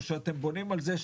או שאתם בונים על זה,